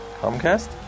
Comcast